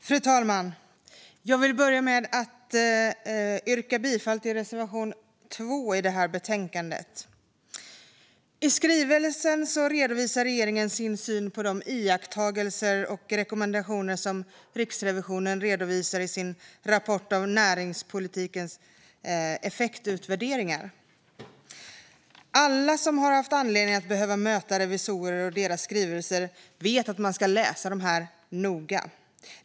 Fru talman! Jag vill börja med att yrka bifall till reservation 2 i betänkandet. I skrivelsen redovisar regeringen sin syn på de iakttagelser och rekommendationer som Riksrevisionen redovisar i sin rapport om näringspolitikens effektutvärderingar. Alla som har haft anledning att möta revisorer och deras skrivelser vet att man ska läsa dessa noga.